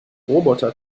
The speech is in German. roboter